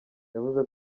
yavuze